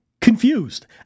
confused